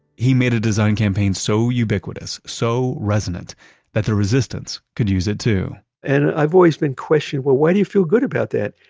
he made a design campaign so ubiquitous, so resonant that the resistance could use it too and i've always been questioned, why do you feel good about that?